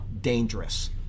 dangerous